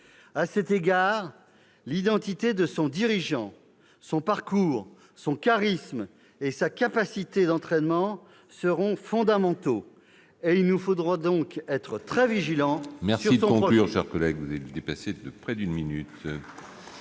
À cet égard, l'identité de son dirigeant, son parcours, son charisme et sa capacité d'entraînement seront fondamentaux. Il faudra que nous soyons très vigilants sur son profil.